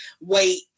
wait